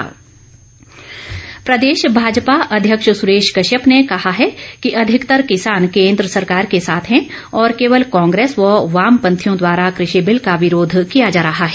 कश्यप प्रदेश भाजपा अध्यक्ष सुरेश कश्यप ने कहा है कि अधिकतर किसान केन्द्र सरकार के साथ हैं और केवल कांग्रेस व वामपंथियों द्वारा कृषि बिल का विरोध किया जा रहा है